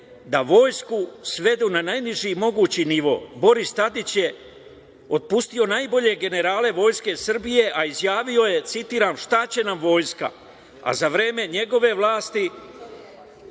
da vojsku svedu na najniži mogući nivo. Boris Tadić je otpustio najbolje generale Vojske Srbije, a izjavio je, citiram - šta će nam vojska, a za vreme njegove vlasti,